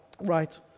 right